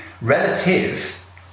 Relative